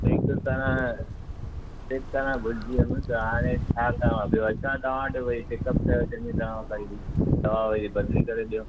taste कराइण test कराइण भुल्जी वियुमि त हाणे छा करणो आ ॿियो अचां तवां वटि भई चेक अप कयो चङी तरह काई ॿी दवा वरी बदली करे ॾियो